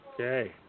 Okay